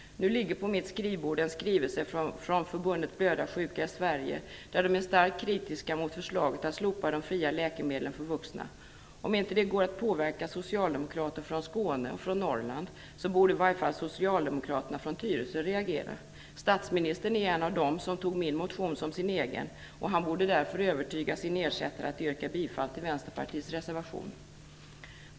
Nu ligger på mitt skrivbord en skrivelse från Förbundet Blödarsjuka i Sverige. De är starkt kritiska mot förslaget att slopa de fria läkemedlen för vuxna. Om det inte går att påverka socialdemokrater från Skåne eller Norrland, borde i varje fall socialdemokraterna från Tyresö reagera. Statsministern är en av dem som tog till sig min motion och betraktade den som sin egen, och han borde därför övertyga sin ersättare att yrka bifall till Vänsterpartiets reservation.